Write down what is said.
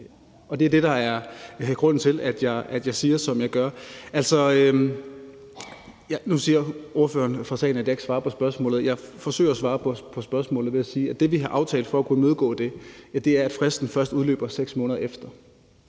det er det, der er grunden til, at jeg siger, som jeg gør. Ordføreren siger fra salen, at jeg ikke svarer på spørgsmålet. Jeg forsøger at svare på spørgsmålet ved at sige, at det, vi har aftalt for at kunne imødegå det, er, at fristen først udløber 6 måneder efter.